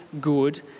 good